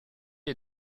est